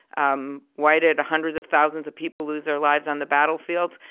um why did hundreds of thousands of people lose their lives on the battlefields?